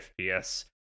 FPS